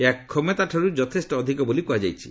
ଏହା କ୍ଷମତାଠାରୁ ଯଥେଷ୍ଟ ଅଧିକ ବୋଲି କୁହାଯାଇଛି